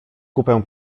kupę